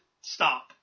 stop